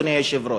אדוני היושב-ראש?